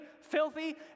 filthy